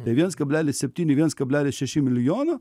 tai viens kablelis septyni viens kablelis šeši milijono